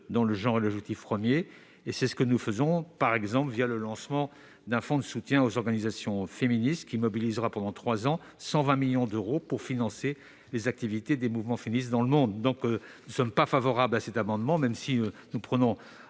dont le genre est l'objectif premier. C'est ce que nous faisons, par exemple, le lancement d'un fonds de soutien, qui mobilisera, pendant trois ans, 120 millions d'euros pour financer les activités des mouvements féministes dans le monde. Nous ne sommes pas favorables à cet amendement, même si nous prenons